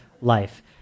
life